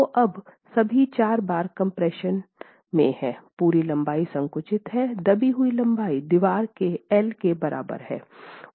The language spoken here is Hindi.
तो अब सभी चार बार कम्प्रेशन में हैं पूरी लंबाई संकुचित है दबी हुई लंबाई दीवार के एल के बराबर है